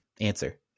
Answer